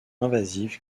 invasive